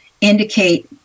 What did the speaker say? indicate